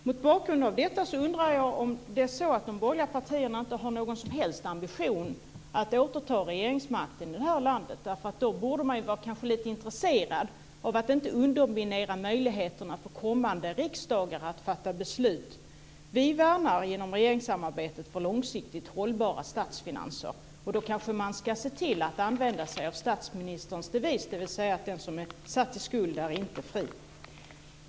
Mot bakgrund av detta undrar jag om de borgerliga partierna inte har någon som helst ambition att återta regeringsmakten i det här landet. I så fall borde man vara lite intresserad av att inte underminera möjligheterna för kommande riksdagar att fatta beslut. Vi värnar genom regeringssamarbetet för långsiktigt hållbara statsfinanser, och då kanske man ska se till att använda sig av statsministerns devis, dvs. att den som är satt i skuld är icke fri.